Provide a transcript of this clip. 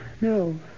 No